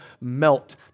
melt